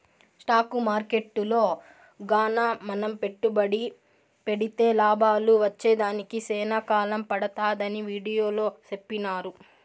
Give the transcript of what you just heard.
stock మార్కెట్టులో గాన మనం పెట్టుబడి పెడితే లాభాలు వచ్చేదానికి సేనా కాలం పడతాదని వీడియోలో సెప్పినారు